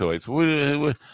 toys